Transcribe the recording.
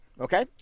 okay